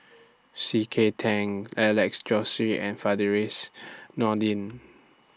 C K Tang Alex Josey and Firdaus Nordin